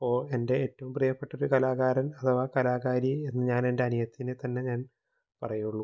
അപ്പോള് എൻ്റെ ഏറ്റവും പ്രീയപ്പെട്ടൊരു കലാകാരൻ അഥവാ കലാകാരി എന്ന് ഞാൻ എൻ്റെ അനിയത്തീനെ തന്നെ ഞാൻ പറയുള്ളു